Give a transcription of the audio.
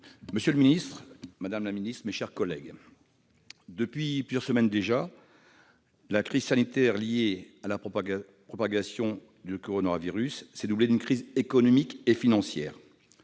monsieur le ministre, madame la secrétaire d'État, mes chers collègues, depuis plusieurs semaines déjà, la crise sanitaire liée à la propagation du coronavirus s'est doublée d'une crise économique et financière.